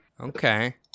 okay